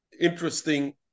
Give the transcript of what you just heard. Interesting